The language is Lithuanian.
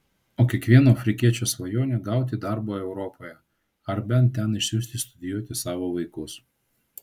o kiekvieno afrikiečio svajonė gauti darbo europoje ar bent ten išsiųsti studijuoti savo vaikus